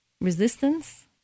resistance